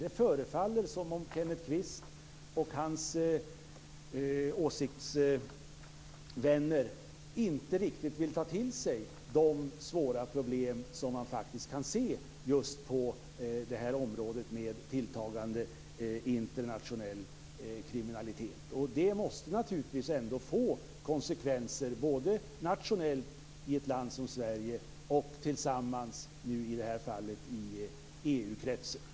Det förefaller som att Kenneth Kvist och hans åsiktsvänner inte riktigt vill ta till sig de svåra problemen på det här området med tilltagande internationell kriminalitet. Det måste ändå få konsekvenser både i ett land som Sverige och i EU-kretsen.